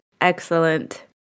excellent